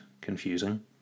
confusing